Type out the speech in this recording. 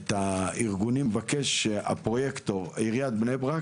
את הארגונים השונים, הפרויקטור שמטפל.